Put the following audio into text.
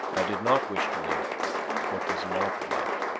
i did not wish to live what was not life,